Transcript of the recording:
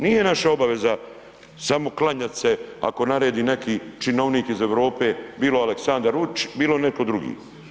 Nije naša obaveza samo klanjati se ako naredi neki činovnik iz Europe bilo Aleksandar Vučić, bilo netko drugi.